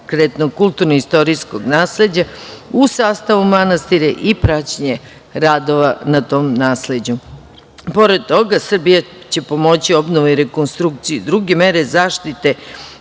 nepokretnog kulturno i istorijskog nasleđa, u sastavu manastira i praćenje radova na tom nasleđu. Pored toga Srbija će pomoći rekonstrukciju i druge mere zaštite